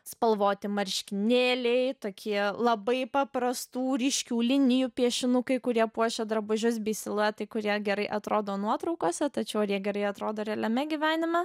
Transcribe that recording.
spalvoti marškinėliai tokie labai paprastų ryškių linijų piešinukai kurie puošia drabužius bei siluetai kurie gerai atrodo nuotraukose tačiau ar jie gerai atrodo realiame gyvenime